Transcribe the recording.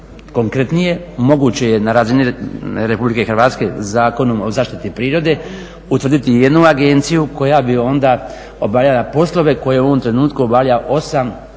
Konkretnije, moguće je na razini RH Zakonom o zaštiti prirode utvrditi jednu agenciju koja bi onda obavljala poslove koje u ovom trenutku obavlja 8 javnih